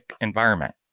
environment